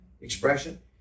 expression